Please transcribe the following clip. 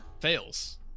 Fails